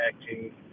acting